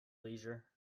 leisure